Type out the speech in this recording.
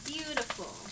Beautiful